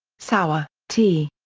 sauer, t.